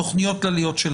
תוכניות שלה.